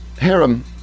Harem